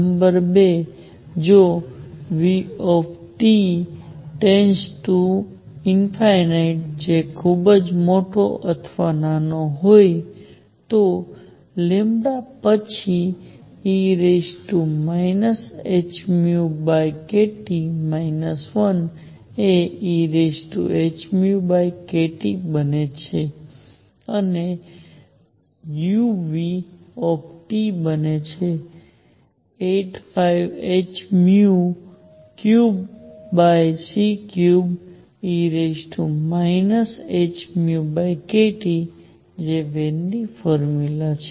number 2 જો T→ ∞ જે ખૂબ મોટો અથવા નાનો હોય તો પછી ehνkT 1 એ ehνkT બને છે અને u બને છે 8πh3c3e hνkT જે વેન ની ફોર્મ્યુલા છે